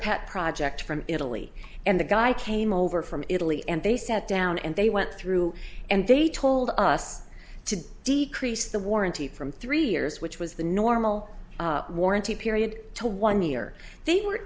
pet project from italy and the guy came over from italy and they sat down and they went through and they told us to decrease the warranty from three years which was the normal warranty period to one year they were